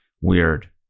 weird